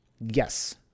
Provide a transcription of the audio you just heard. Yes